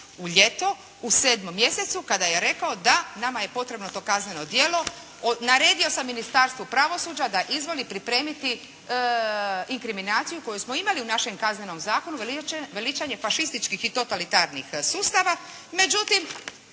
u ljeto, u 7. mjesecu kada je rekao da, nama je potrebno to kazneno djelo, naredio sam Ministarstvu pravosuđa da izvoli pripremiti inkriminaciju koju smo imali u našem Kaznenom zakonu veličanje fašističkih i totalitarnih sustava,